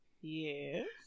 yes